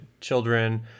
children